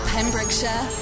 Pembrokeshire